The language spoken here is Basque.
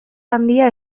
handia